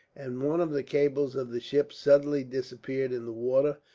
and one of the cables of the ship suddenly disappeared in the water,